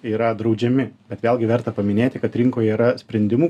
yra draudžiami bet vėlgi verta paminėti kad rinkoje yra sprendimų